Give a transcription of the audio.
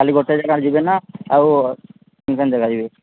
ଖାଲି ଗୋଟେ ଜାଗା ଯିବେ ନା ଆଉ ଜାଗା ଯିବେ